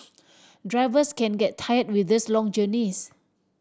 drivers can get tire with these long journeys